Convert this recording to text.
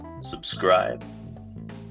subscribe